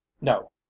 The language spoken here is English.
no